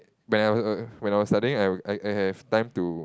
when when I was studying I I I have time to